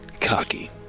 cocky